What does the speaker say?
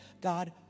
God